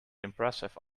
impressive